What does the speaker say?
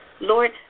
Lord